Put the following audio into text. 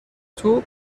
توپ